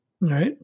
right